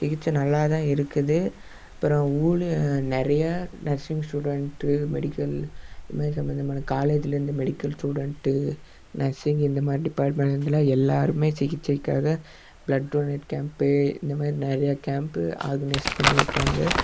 சிகிச்சை நல்லாதான் இருக்குது அப்புறம் ஊழி நிறைய நர்ஸிங் ஸ்டூடெண்ட்டு மெடிக்கல் இந்த மாதிரி சம்மந்தமான காலேஜ்லேருந்து மெடிக்கல் ஸ்டூடெண்ட்டு நர்ஸிங் இந்த மாதிரி டிபார்ட்மென்ட்லேருந்துலாம் எல்லோருமே சிகிச்சைக்காக ப்ளட் டொனேட் கேம்ப்பு இந்த மாதிரி நிறையா கேம்ப்பு ஆர்கனைஸ் பண்ணியிருக்காங்க